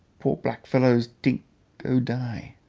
poor black fellows tink go die.